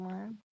one